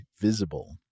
Visible